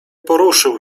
poruszył